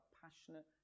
passionate